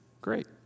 great